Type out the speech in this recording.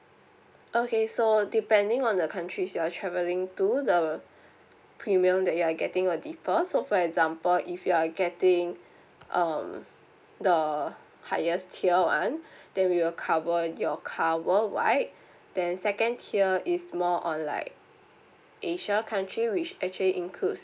okay so depending on the countries you are travelling to the premium that you are getting will differ so for example if you are getting um the highest tier one then we will cover your car worldwide then second tier is more on like asia country which actually includes